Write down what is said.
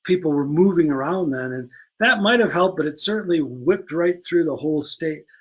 people were moving around then and that might have helped but it certainly whipped right through the whole state.